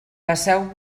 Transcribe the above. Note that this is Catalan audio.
passeu